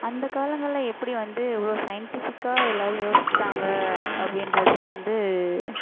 அந்த காலங்களில் எப்படி வந்து இவ்வளோ சயின்ட்டிஃபிக்காக எல்லாேரும் யோசித்தாங்க அப்படின்றதுலாம் வந்து